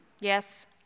Yes